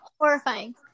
horrifying